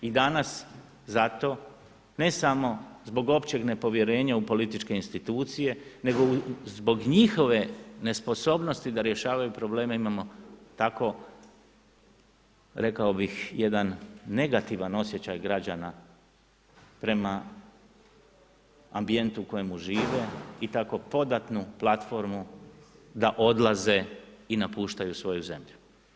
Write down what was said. I danas, zato, ne samo zbog općeg nepovjerenje u političke institucije, nego i zbog njihove nesposobnosti da rješavaju probleme, imamo tako, rekao bi, jedan negativan osjećaj građana, prema ambijenta u kojemu žive i tako podatnu platformu da odlaze i napuštaju svoju zemlju.